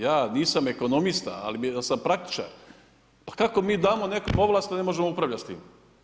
Ja nisam ekonomista, ali sam praktičar, pa kako mi damo nekom ovlast, a ne možemo upravljat s tim?